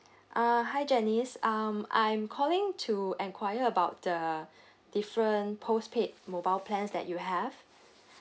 uh hi janice um I'm calling to enquire about the different postpaid mobile plans that you have